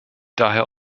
daher